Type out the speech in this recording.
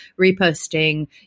reposting